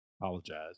apologize